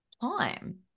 time